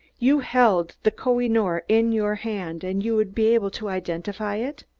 you held the koh-i-noor in your hand, and you would be able to identify it?